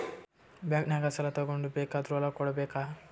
ಬ್ಯಾಂಕ್ನಾಗ ಸಾಲ ತಗೋ ಬೇಕಾದ್ರ್ ಹೊಲ ಕೊಡಬೇಕಾ?